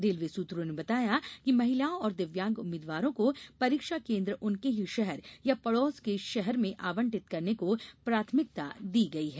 railway सुत्रों ने बताया कि महिलाओं और दिव्यांग उम्मीदवारों को परीक्षा केन्द्र उनके ही शहर या पड़ोस के शहर में आवंटित करने को प्राथमिकता दी गई है